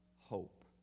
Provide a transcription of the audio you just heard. hope